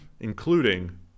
including